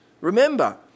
Remember